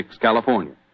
California